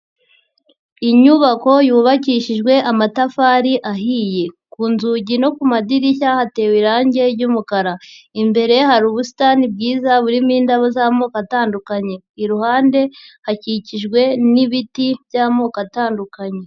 Inyubako yubakishijwe amatafari ahiye, ku nzugi no ku madirishya hatewe irangi ry'umukara, imbere hari ubusitani bwiza burimo indabo z'amoko atandukanye, iruhande hakikijwe n'ibiti by'amoko atandukanye.